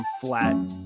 flat